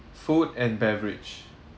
food and beverage